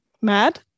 Mad